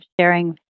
sharing